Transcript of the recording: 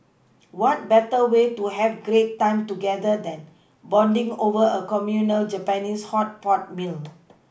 what better way to have great time together than bonding over a communal Japanese hot pot meal